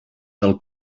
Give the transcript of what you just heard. pel